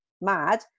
mad